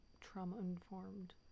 trauma-informed